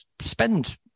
spend